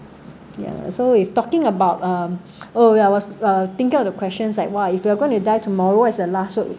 ya so if talking about um oh when I was uh thinking of the questions like !wah! if you are going to die tomorrow what is your last word